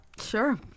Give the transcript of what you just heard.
Sure